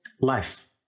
life